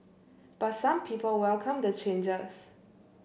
but some people welcome the changes